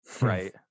right